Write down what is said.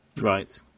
Right